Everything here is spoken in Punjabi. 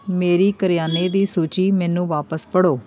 ਮੇਰੀ ਕਰਿਆਨੇ ਦੀ ਸੂਚੀ ਮੈਨੂੰ ਵਾਪਿਸ ਪੜ੍ਹੋ